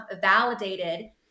validated